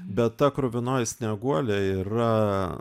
bet ta kruvinoji snieguolė yra